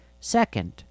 Second